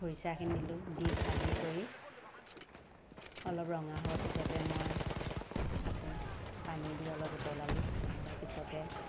খৰিছাখিনি দিলোঁ দি ভাজি কৰি অলপ ৰঙা হোৱাৰ পিছতে মই আকৌ পানী দি অলপ উতলালোঁ উতলোৱাৰ পিছতে